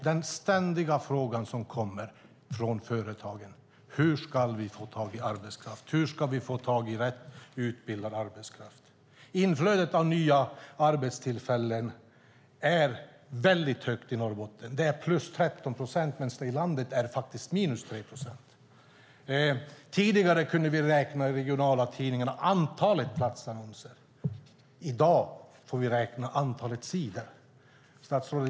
Den ständiga frågan som kommer från företagen är: Hur ska vi få tag i arbetskraft, och hur ska vi få tag i rätt utbildad arbetskraft? Inflödet av nya arbetstillfällen är väldigt högt i Norrbotten. Det är plus 13 procent medan motsvarande siffra i landet är minus 3 procent. Tidigare kunde vi i de regionala tidningarna räkna antalet platsannonser. I dag får vi räkna antalet sidor.